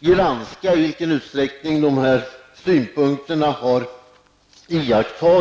granska i vilken utsträckning miljöpartiets synpunkter har beaktats.